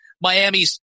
Miami's